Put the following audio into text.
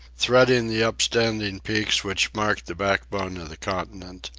threading the upstanding peaks which marked the backbone of the continent.